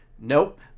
Nope